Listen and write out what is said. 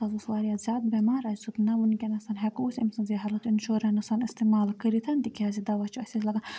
سُہ حظ اوس واریاہ زیادٕ بیٚمار اَسہِ دوٚپ نہَ وُنکٮ۪نَس ہٮ۪کو أمۍ سٕنٛز یہِ ہیلتھ اِشورَننس اِستعمال کٔرِتھَ تِکیازِ دَوا چھِ اَسے لگان